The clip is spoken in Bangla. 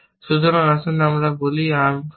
সুতরাং আসুন আমরা বলি আর্ম খালি